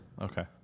Okay